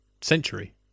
century